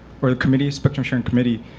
or the committee, spectrum sharing committee.